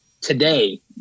Today